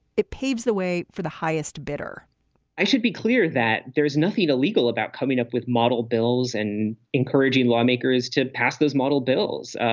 it paves the way for the highest bidder i should be clear that there is nothing illegal about coming up with model bills and encouraging lawmakers to pass those model bills.